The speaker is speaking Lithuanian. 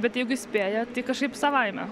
bet jeigu įspėja tai kažkaip savaime